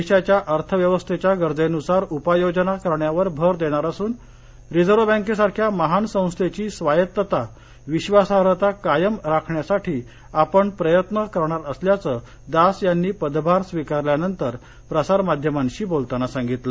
देशाच्या अर्थव्यवस्थेच्या गरजेनुसार उपाययोजना करण्यावर भर देणार असून रिझर्व्ह बॅंकेसारख्या महान संस्थेची स्वायत्तता विश्वासाईता कायम राखण्यासाठी आपण प्रयत्न करणार असल्याचं दास यांनी पदभार स्वीकारल्यानंतर प्रसारमाध्यमांशी बोलताना सांगितलं